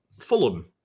Fulham